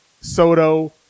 Soto